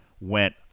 went